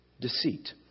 deceit